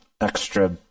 extra